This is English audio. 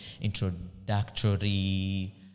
introductory